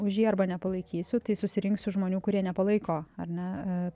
už jį arba nepalaikysiu tai susirinksiu žmonių kurie nepalaiko ar ne a